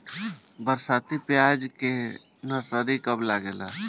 बरसाती प्याज के नर्सरी कब लागेला?